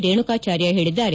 ರೇಣುಕಾಚಾರ್ಯ ಹೇಳಿದ್ದಾರೆ